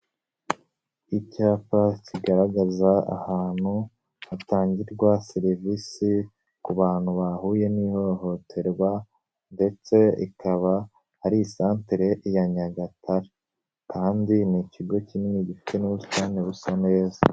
Icyapa kigaragaza ahantu hatangirwa serivisi ku bantu bahuye n'ihohoterwa, ndetse ikaba ari isantere ya Nyagatare. Kandi ni ikigo kinini gifite n'ubusitani busa neza.